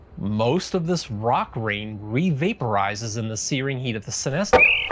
most of this rock rain re-vaporizes in the searing heat of the synestia.